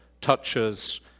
touches